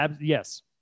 Yes